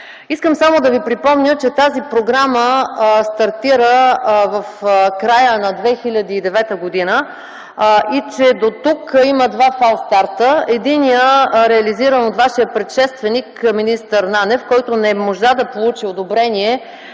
Искам да Ви припомня, че тази програма стартира в края на 2009 г., и че дотук има два фал-старта. Единият, реализиран от вашия предшественик, министър Нанев, който не можа да получи одобрение